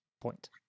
point